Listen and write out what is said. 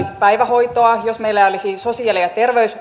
päivähoitoa jos meillä ei olisi sosiaali ja